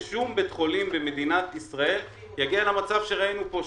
לכך ששום בית חולים במדינת ישראל יגיע למצב שראינו פה,